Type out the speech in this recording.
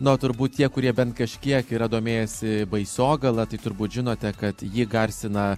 na o turbūt tie kurie bent kažkiek yra domėjęsi baisogala tai turbūt žinote kad jį garsina